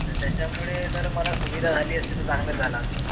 तर त्याच्यामुळे जर मला सुविधा झाली असती तर चांगलं झाला असं